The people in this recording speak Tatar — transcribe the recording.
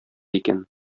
икән